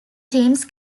teams